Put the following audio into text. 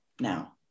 now